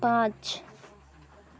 पाँच